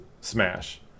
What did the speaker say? Smash